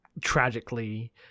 tragically